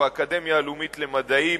האקדמיה הלאומית למדעים